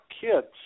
kids